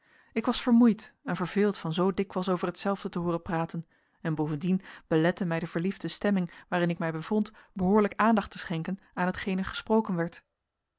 ik was vermoeid en verveeld van zoo dikwijls over hetzelfde te hooren praten en bovendien belette mij de verliefde stemming waarin ik mij bevond behoorlijk aandacht te schenken aan hetgeen er gesproken werd